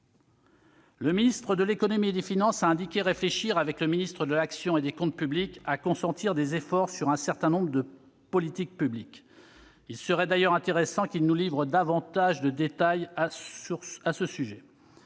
Le ministre de l'économie et des finances a indiqué réfléchir avec le ministre de l'action et des comptes publics à consentir des efforts sur un certain nombre de politiques publiques. Il serait intéressant qu'il nous livre davantage de détails sur ce point.